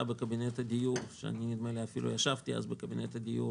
בקבינט הדיור ונדמה לי שאני אפילו ישבתי אז בקבינט הדיור